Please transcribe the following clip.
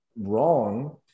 wrong